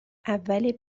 اول